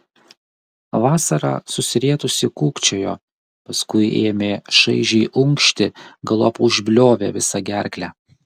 vasara susirietusi kūkčiojo paskui ėmė šaižiai unkšti galop užbliovė visa gerkle